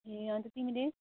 ए अन्त तिमीले